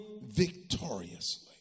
victoriously